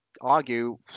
argue